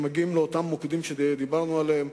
שמגיעים לאותם מוקדים שדיברנו עליהם,